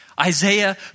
Isaiah